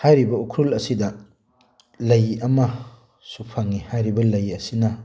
ꯍꯥꯏꯔꯤꯕ ꯎꯈ꯭ꯔꯨꯜ ꯑꯁꯤꯗ ꯂꯩ ꯑꯃꯁꯨ ꯐꯪꯉꯤ ꯍꯥꯏꯔꯤꯕ ꯂꯩ ꯑꯁꯤꯅ